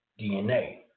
DNA